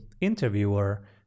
interviewer